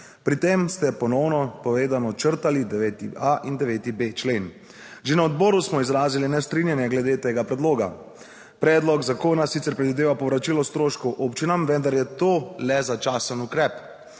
pri tem ste ponovno povedano črtali 9.a in 9.b člen. Že na odboru smo izrazili nestrinjanje glede tega predloga, predlog zakona sicer predvideva povračilo stroškov občinam, vendar je to le začasen ukrep.